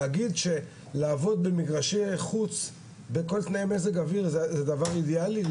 להגיד שלעבוד במגרשי חוץ בכל תנאי מזג אויר זה דבר אידיאלי?